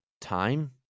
time